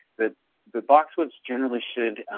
the the boxwoods generally should,